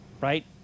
right